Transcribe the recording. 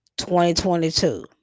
2022